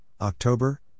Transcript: October